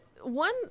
one